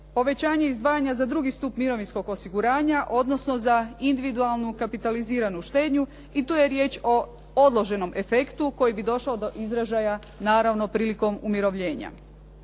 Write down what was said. povećanje izdvajanja za drugi stup mirovinskog osiguranja, odnosno za individualnu kapitaliziranu štednju i tu je riječ o odloženom efektu koji bi došao do izražaja naravno prilikom umirovljenja.